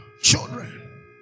Children